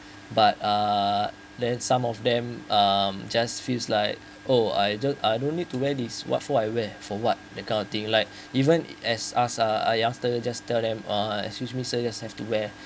but uh then some of them um just feels like oh I don't I don't need to wear these what for I wear for what the kind of thing like even as us uh youngster just tell them uh excuse me sir just have to wear